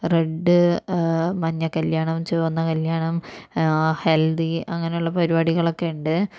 red മഞ്ഞ കല്യാണം ചുവന്ന കല്യാണം ഹൽദി അങ്ങനുള്ള പരിപാടികളൊക്കെയുണ്ട്